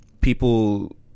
people